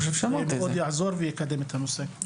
זה מאוד יעזור ויקדם את הנושא.